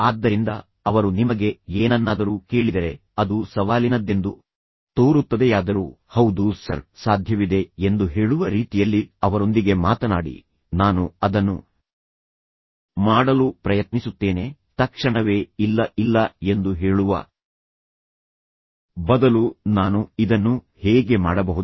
ಆದ್ದರಿಂದ ಅವರು ನಿಮಗೆ ಏನನ್ನಾದರೂ ಕೇಳಿದರೆ ಅದು ಸವಾಲಿನದ್ದೆಂದು ತೋರುತ್ತದೆಯಾದರೂ ಹೌದು ಸರ್ ಸಾಧ್ಯವಿದೆ ಎಂದು ಹೇಳುವ ರೀತಿಯಲ್ಲಿ ಅವರೊಂದಿಗೆ ಮಾತನಾಡಿ ನಾನು ಅದನ್ನು ಮಾಡಲು ಪ್ರಯತ್ನಿಸುತ್ತೇನೆ ತಕ್ಷಣವೇ ಇಲ್ಲ ಇಲ್ಲ ಎಂದು ಹೇಳುವ ಬದಲು ನಾನು ಇದನ್ನು ಹೇಗೆ ಮಾಡಬಹುದು